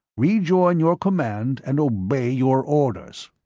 rejoin your command and obey your orders.